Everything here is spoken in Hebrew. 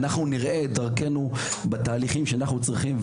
אנחנו נראה את דרכנו בתהליכים שאנחנו צריכים.